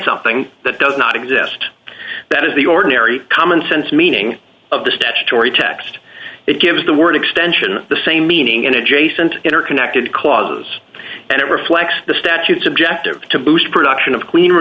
something that does not exist that is the ordinary common sense meaning of the statutory text it gives the word extension the same meaning in adjacent interconnected clauses and it reflects the statutes objective to boost production of clean